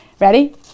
Ready